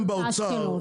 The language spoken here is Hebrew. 14 מפקחים.